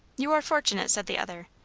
you are fortunate, said the other.